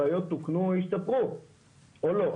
הבעיות תוקנו או השתפרו או לא?